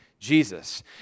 Jesus